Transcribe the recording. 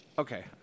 Okay